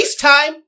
FaceTime